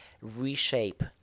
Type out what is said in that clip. reshape